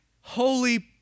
holy